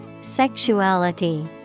Sexuality